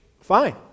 fine